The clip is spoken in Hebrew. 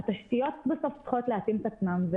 התשתיות בסוף צריכות להתאים את עצמן,